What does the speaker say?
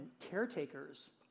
caretakers